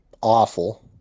awful